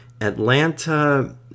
Atlanta